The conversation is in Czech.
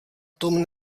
tom